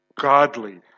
godly